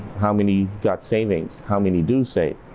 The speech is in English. how many got savings how many do say.